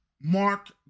Mark